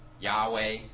Yahweh